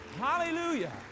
Hallelujah